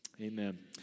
amen